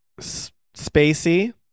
spacey